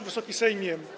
Wysoki Sejmie!